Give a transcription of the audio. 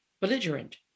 belligerent